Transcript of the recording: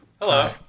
Hello